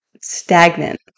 stagnant